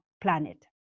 planet